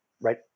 right